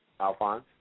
Alphonse